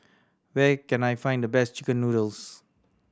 where can I find the best chicken noodles